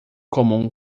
comum